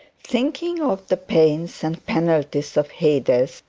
thinking of the pains and penalties of hades,